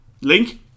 Link